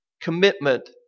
commitment